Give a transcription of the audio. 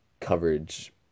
coverage